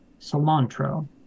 cilantro